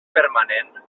permanent